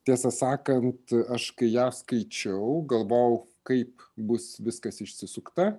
tiesą sakant aš kai ją skaičiau galvojau kaip bus viskas išsisukta